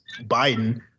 Biden